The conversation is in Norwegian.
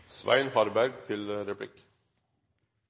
Svein Harberg